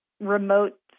remote